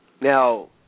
Now